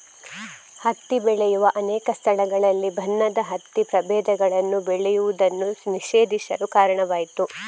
ಹತ್ತಿ ಬೆಳೆಯುವ ಅನೇಕ ಸ್ಥಳಗಳಲ್ಲಿ ಬಣ್ಣದ ಹತ್ತಿ ಪ್ರಭೇದಗಳನ್ನು ಬೆಳೆಯುವುದನ್ನು ನಿಷೇಧಿಸಲು ಕಾರಣವಾಯಿತು